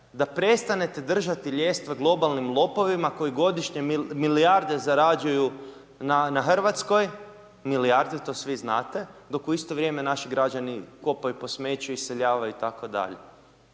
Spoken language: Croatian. da prestanete držati ljestve globalnim lopovima koji godišnje milijarde zarađuju na Hrvatskoj, milijarde to svi znate, dok u isto vrijeme naši građani kopaju po smeću, iseljavaju itd.